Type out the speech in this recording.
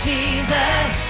Jesus